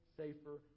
safer